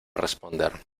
responder